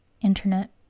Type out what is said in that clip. internet